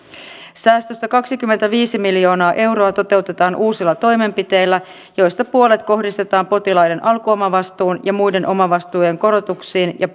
säästöistä kaksikymmentäviisi miljoonaa euroa toteutetaan uusilla toimenpiteillä joista puolet kohdistetaan potilaiden alkuomavastuun ja muiden omavastuiden korotuksiin ja